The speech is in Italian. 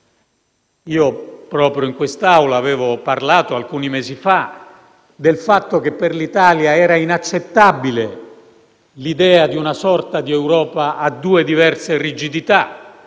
Proprio in quest'Aula avevo parlato alcuni mesi fa del fatto che per l'Italia era inaccettabile l'idea di una sorta di Europa a due diverse rigidità.